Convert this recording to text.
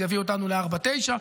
זה יביא אותנו ל-4.9%,